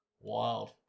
Wild